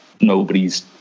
nobody's